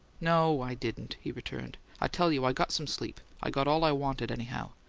no, i didn't, he returned. i tell you i got some sleep. i got all i wanted anyhow.